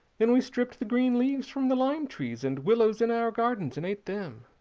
then we stripped the green leaves from the lime trees and willows in our garden and ate them.